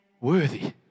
worthy